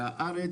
והארץ,